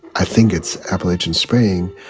i think it's appalachian spring.